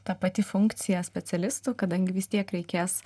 ta pati funkcija specialistų kadangi vis tiek reikės